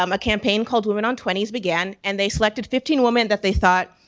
um a campaign called women on twenty s began and they selected fifteen women that they thought